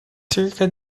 cerca